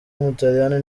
w’umutaliyani